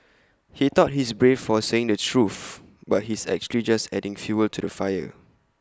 he thought he's brave for saying the truth but he's actually just adding fuel to the fire